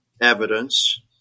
evidence